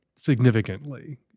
significantly